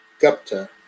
Gupta